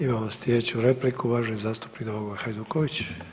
Imamo slijedeću repliku, uvaženi zastupnik Domagoj Hajduković.